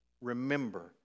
remember